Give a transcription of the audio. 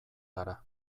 gara